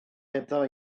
hebdda